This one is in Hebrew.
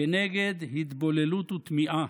כנגד התבוללות וטמיעה,